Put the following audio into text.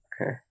Okay